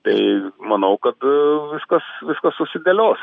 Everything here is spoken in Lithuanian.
tai manau kad viskas viskas susidėlios